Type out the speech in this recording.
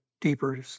deeper